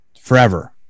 forever